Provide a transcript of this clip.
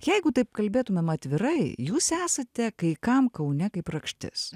jeigu taip kalbėtumėm atvirai jūs esate kai kam kaune kaip rakštis